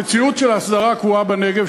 המציאות של ההסדרה הקבועה בנגב,